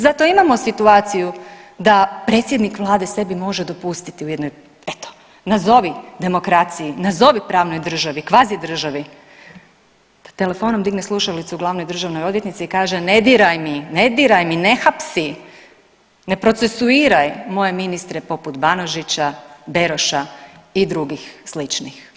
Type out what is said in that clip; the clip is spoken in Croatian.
Zato imamo situaciju da predsjednik vlade sebi može dopustiti u jednoj eto nazovi demokraciji, nazovi pravnoj državi, kvazi državi da telefonom digne slušalicu glavnoj državnoj odvjetnici i kaže ne diraj mi, ne diraj mi, ne hapsi, ne procesuiraj moje ministre poput Banožića, Broša i drugih sličnih.